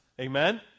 Amen